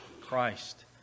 Christ